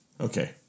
Okay